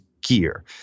gear